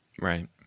Right